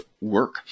work